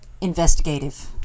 investigative